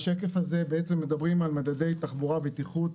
בשקף הזה מדברים על מדדי תחבורה, בטיחות.